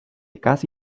casi